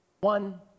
one